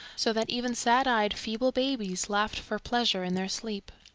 so that even sad-eyed feeble babies laughed for pleasure in their sleep.